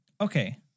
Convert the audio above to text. Okay